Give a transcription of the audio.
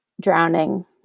drowning